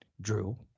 Drew